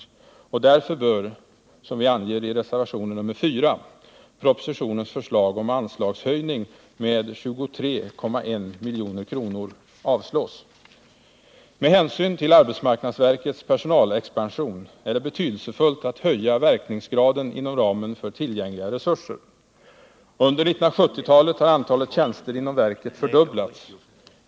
Detta innebär — som vi anger i reservationen 4 —- att propositionens förslag om anslagshöjning med 23,1 milj.kr. bör avslås. Med hänsyn till arbetsmarknadsverkets personalexpansion är det betydelsefullt att höja verkningsgraden inom ramen för tillgängliga resurser. Under 1970-talet har antalet tjänster inom verket fördubblats.